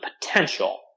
potential